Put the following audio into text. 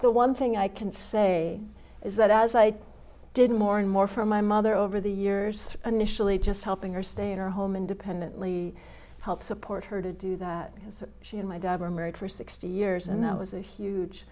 the one thing i can say is that as i did more and more from my mother over the years initially just helping her stay in her home independently help support her to do that and so she and my dad were married for sixty years and that was a huge